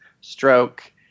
stroke